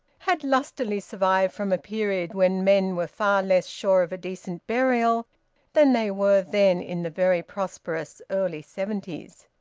had lustily survived from a period when men were far less sure of a decent burial than they were then, in the very prosperous early seventies.